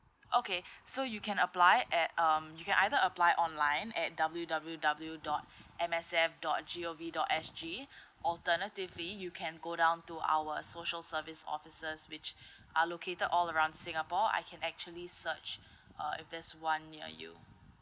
okay so you can apply at um you can either apply online at W W W dot M S F dot G O V dot S G alternatively you can go down to our social service offices which are located all around singapore I can actually search uh if there's one near you